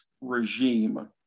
regime